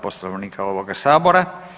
Poslovnika ovoga sabora.